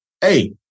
hey